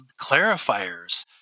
clarifiers